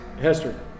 Hester